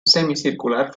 semicircular